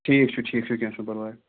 ٹھیٖک چھُ ٹھیٖک چھُ کیٚنہہ چھُنہٕ پَرواے